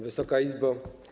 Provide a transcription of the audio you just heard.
Wysoka Izbo!